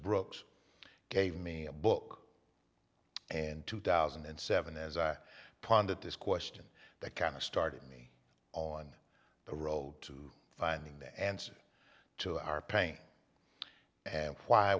brooks gave me a book and two thousand and seven as i pondered this question that kind of started me on the road to finding the answer to our pain and